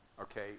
Okay